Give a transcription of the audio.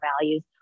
values